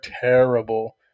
terrible